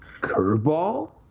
Curveball